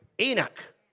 Enoch